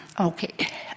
Okay